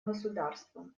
государством